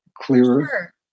clearer